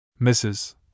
Mrs